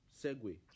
segue